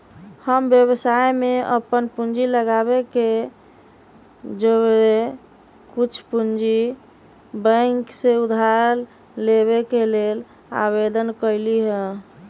हम व्यवसाय में अप्पन पूंजी लगाबे के जौरेए कुछ पूंजी बैंक से उधार लेबे के लेल आवेदन कलियइ ह